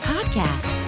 Podcast